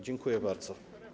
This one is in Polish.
Dziękuję bardzo.